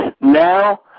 now